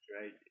right